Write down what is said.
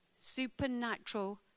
supernatural